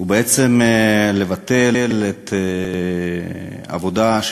ובעצם לבטל את העבודה,